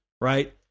Right